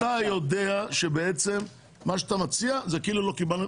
אתה יודע שבעצם מה שאתה מציע, זה כאילו לא קיבלנו.